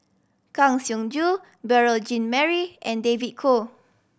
Kang Siong Joo Beurel Jean Marie and David Kwo